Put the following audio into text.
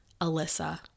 Alyssa